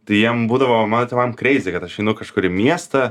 tai jiem būdavo mano tėvam kreizy kad aš einu kažkur į miestą